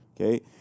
okay